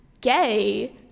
gay